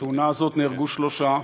בתאונה הזאת נהרגו שלושה: